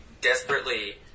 desperately